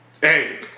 Hey